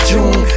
June